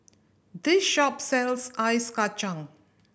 this shop sells ice kacang